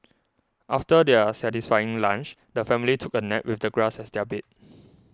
after their satisfying lunch the family took a nap with the grass as their bed